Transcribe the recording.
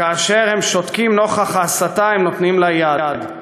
וכאשר הם שותקים נוכח ההסתה הם נותנים לה יד.